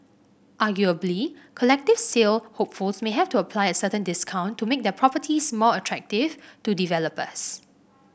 arguably collective sale hopefuls may have to apply a certain discount to make their properties more attractive to developers